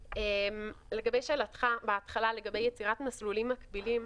לגבי שאלתך בהתחלה לגבי יצירת מסלולים מקבילים,